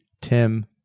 Tim